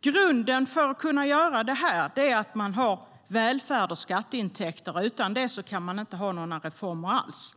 Grunden för att kunna göra det är att man har välfärd och skatteintäkter. Utan det kan man inte genomföra några reformer alls.